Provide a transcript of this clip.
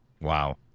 Wow